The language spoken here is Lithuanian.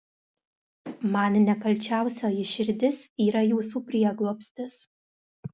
man nekalčiausioji širdis yra jūsų prieglobstis